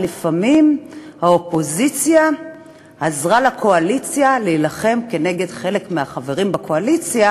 ולפעמים האופוזיציה עזרה לקואליציה להילחם כנגד חלק מהחברים בקואליציה,